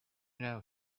know